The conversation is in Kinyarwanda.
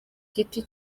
giti